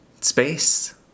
space